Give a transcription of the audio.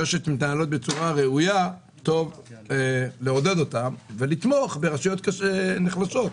שטוב לעודד רשויות מצטיינות ולתמוך ברשויות חלשות,